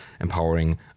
empowering